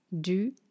du